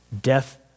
death